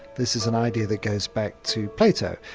this is an idea that goes back to plato.